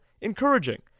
encouraging